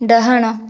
ଡାହାଣ